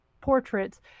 portraits